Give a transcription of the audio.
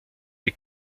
die